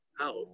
out